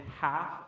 half